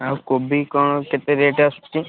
ଆଉ କୋବି କ'ଣ କେତେ ରେଟ୍ ଆସୁଛି